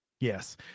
yes